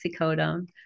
oxycodone